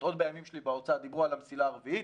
עוד בימים שלי באוצר דיברו על המסילה הרביעית.